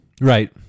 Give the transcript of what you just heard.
Right